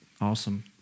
Awesome